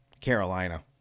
Carolina